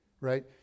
right